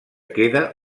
queda